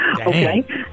okay